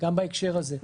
גם בהקשר הזה.